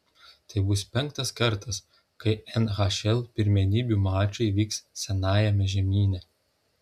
tai bus penktas kartas kai nhl pirmenybių mačai vyks senajame žemyne